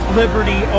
liberty